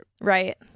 right